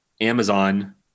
Amazon